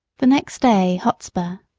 the next day hotspur,